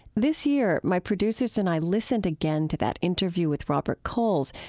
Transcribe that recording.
this year my producers and i listened again to that interview with robert coles,